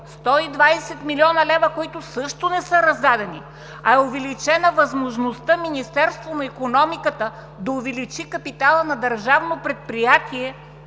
120 млн. лв., също не са раздадени, а е увеличена възможността Министерството на икономиката да увеличи капитала на държавно предприятие